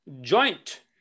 joint